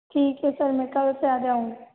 ठीक है सर मैं कल से आ जाऊं